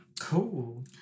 cool